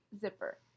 zipper